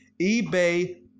eBay